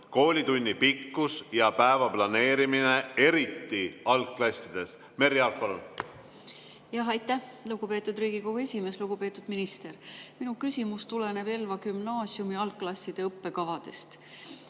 koolitunni pikkus ja päeva planeerimine, eriti algklassides. Merry Aart, palun! Aitäh, lugupeetud Riigikogu esimees! Lugupeetud minister! Minu küsimus tuleneb Elva Gümnaasiumi algklasside õppekavadest.